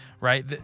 right